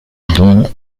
dont